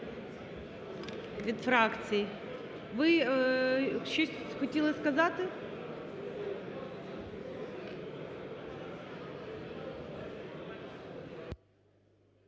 від фракцій. Ви щось хотіли сказати?